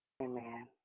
Amen